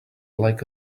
like